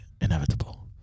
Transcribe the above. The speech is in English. inevitable